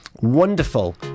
Wonderful